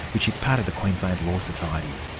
which is part of the queensland law society.